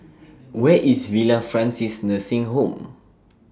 Where IS Villa Francis Nursing Home